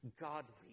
godly